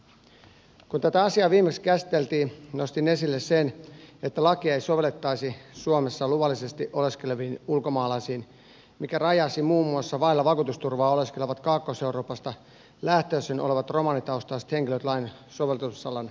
kun tätä asiaa viimeksi käsiteltiin nostin esille sen että lakia ei sovellettaisi suomessa luvallisesti oleskeleviin ulkomaalaisiin mikä rajaisi muun muassa vailla vakuutusturvaa oleskelevat kaakkois euroopasta lähtöisin olevat romanitaustaiset henkilöt lain soveltuvuusalan ulkopuolelle